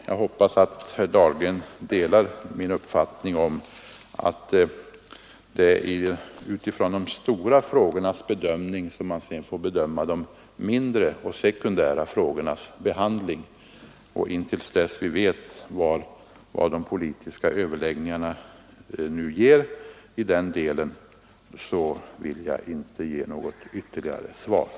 Jag hoppas att herr Dahlgren delar min uppfattning att de mindre och sekundära frågorna får bedömas med hänsyn till de lösningar man kommer fram till när det gäller de stora frågorna. Innan vi vet vad de pågående politiska överläggningarna leder till vill jag inte ge något ytterligare svar.